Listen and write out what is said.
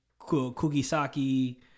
Kugisaki